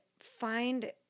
find